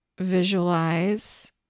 visualize